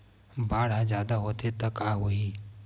बाढ़ ह जादा होथे त का होही?